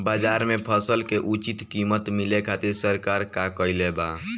बाजार में फसल के उचित कीमत मिले खातिर सरकार का कईले बाऽ?